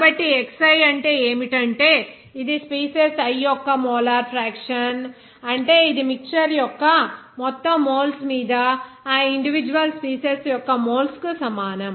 కాబట్టి xi అంటే ఏమిటంటే ఇది స్పీసీస్ i యొక్క మోల్ ఫ్రాక్షన్ అంటే ఇది మిక్చర్ యొక్క మొత్తం మోల్స్ మీద ఆ ఇండివిడ్యువల్ స్పీసీస్ యొక్క మోల్స్ కు సమానం